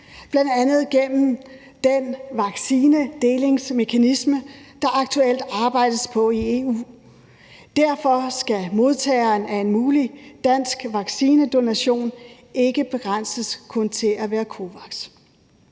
bl.a. gennem den vaccinedelingsmekanisme, der aktuelt arbejdes på i EU. Derfor skal modtageren af en mulig dansk vaccinedonation ikke begrænses kun til at være COVAX.